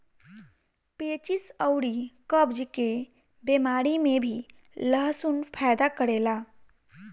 पेचिस अउरी कब्ज के बेमारी में भी लहसुन फायदा करेला